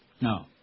No